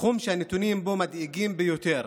תחום שהנתונים בו מדאיגים ביותר.